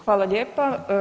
Hvala lijepa.